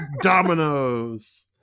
Dominoes